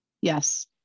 yes